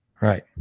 Right